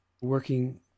working